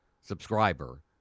subscriber